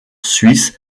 suisse